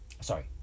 Sorry